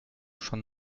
schon